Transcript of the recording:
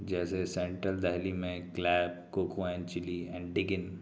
جیسے سینٹرل دہلی میں کلیپ کوکو این چلی این ڈگن